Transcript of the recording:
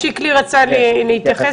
שיקלי רצה להתייחס,